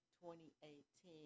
2018